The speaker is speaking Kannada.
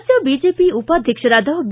ರಾಜ್ಯ ಬಿಜೆಪಿ ಉಪಾಧ್ಯಕ್ಷರಾದ ಬಿ